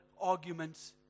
arguments